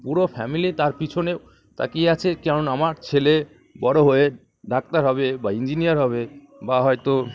পুরো ফ্যামিলি তার পিছনে তাকিয়ে আছে কারণ আমার ছেলে বড়ো হয়ে ডাক্তার হবে বা ইঞ্জিনিয়ার হবে বা হয়তো